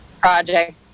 project